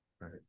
right